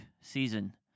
season